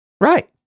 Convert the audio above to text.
Right